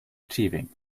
achieving